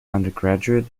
undergraduate